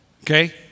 Okay